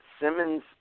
Simmons